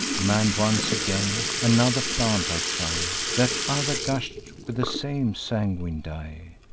mann'd once again, another plant i try that other gush'd with the same sanguine dye.